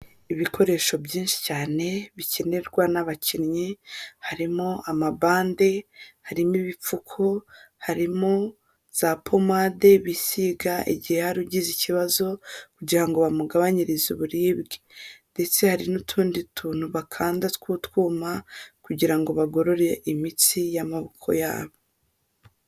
Ibikoresho byinshi cyane bikenerwa n'abakinnyi, harimo amabande, harimo ibipfuko, harimo za pomade bisiga igihe hari ugize ikibazo, kugira ngo bamugabanyirize uburibwe, ndetse hari n'utundi tuntu bakanda tw'utwuma, kugira ngo bagorore imitsi y'amaboko yabo.